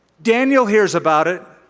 daniel hears about it,